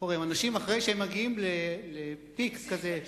אחרי שאנשים מגיעים ל-peak כזה,